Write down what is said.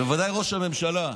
בוודאי ראש הממשלה,